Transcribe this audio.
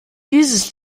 dieses